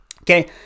Okay